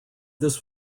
this